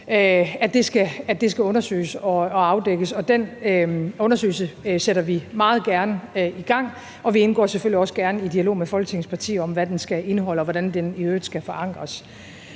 om, skal undersøges og afdækkes, og den undersøgelse sætter vi meget gerne i gang, og vi indgår selvfølgelig også gerne i dialog med Folketingets partier om, hvad den skal indeholde, og hvordan den i øvrigt skal forankres.